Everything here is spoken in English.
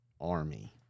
army